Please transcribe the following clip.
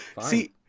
see